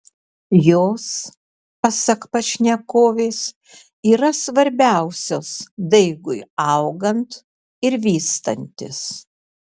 jos pasak pašnekovės yra svarbiausios daigui augant ir vystantis